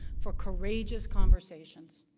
for courageous conversations,